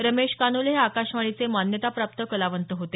रमेश कानोले हे आकाशवाणीचे मान्यताप्राप्त कलावंत होते